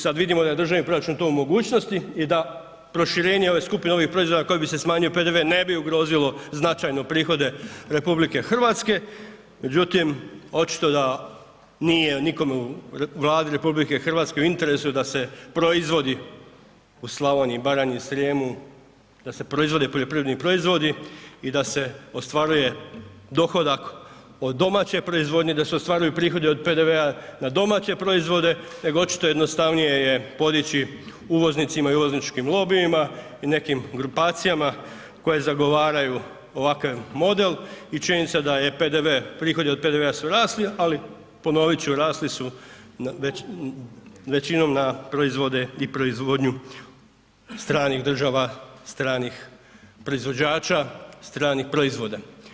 Sada vidimo da je državni proračun to u mogućnosti i da proširenje ove skupine ovih proizvoda na koje bi se smanjio PDV ne bi ugrozilo značajno prihode RH, međutim očito da nije nikome u Vladi RH u interesu da se proizvodi u Slavoniji, Baranju u Srijemu da se proizvode poljoprivredni proizvodi i da se ostvaruje dohodak od domaće proizvodnje, da se ostvaruju prihodi od PDV-a na domaće proizvode, nego očito jednostavnije je podići uvoznicima i uvozničkim lobijima i nekim grupacijama koje zagovaraju ovakav model i činjenica da su prihodi od PDV-a rasli, ali ponovit ću rasli su većinom na proizvode i proizvodnju stranih država, stranih proizvođača, stranih proizvoda.